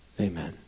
Amen